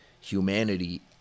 humanity